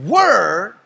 word